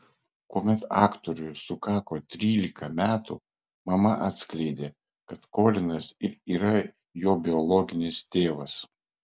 kuomet aktoriui sukako trylika metų mama atskleidė kad kolinas ir yra jo biologinis tėvas